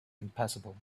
impassable